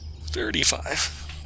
thirty-five